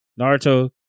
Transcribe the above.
Naruto